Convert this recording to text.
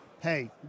Hey